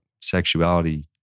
sexuality